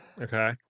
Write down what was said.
okay